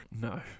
no